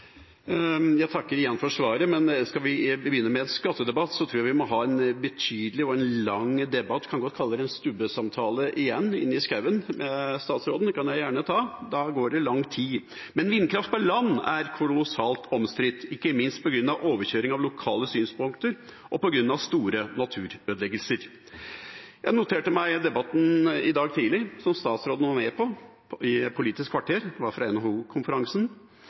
Jeg takker igjen for svaret. Men skal vi begynne med en skattedebatt, tror jeg vi må ha en betydelig og lang debatt – vi kan godt kalle det en stubbesamtale, igjen, inne i skauen med statsråden. Det kan jeg gjerne ta. Da går det lang tid. Vindkraft på land er kolossalt omstridt, ikke minst på grunn av overkjøring av lokale synspunkter og på grunn av store naturødeleggelser. Jeg noterte meg at i debatten som statsråden var med på, i dag tidlig, i Politisk kvarter – det var fra